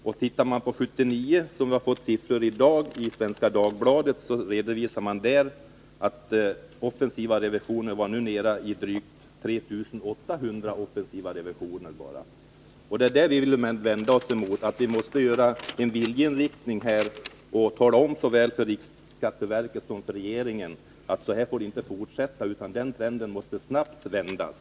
För 1979 redovisas i dag i Svenska Dagbladet att antalet offensiva revisioner var nere i 3 800. Det är denna nedåtgående tendens vi vänder oss mot. Vi vill ge uttryck för en viljeinriktning och tala om för såväl riksskatteverket som regeringen att den här utvecklingen inte får fortsätta — den måste snabbt vändas.